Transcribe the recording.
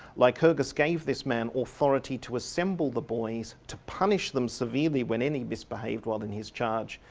lycurgus gave this man authority to assemble the boys, to punish them severely when any misbehaved while in his charge.